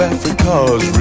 Africa's